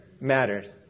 Matters